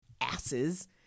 asses